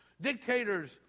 dictators